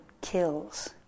kills